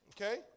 Okay